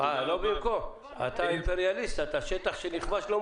חלק הציעו שאלה שנמצאים בקרקע יטוסו לפרנקפורט ויגישו בקשה.